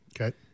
okay